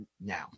now